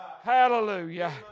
Hallelujah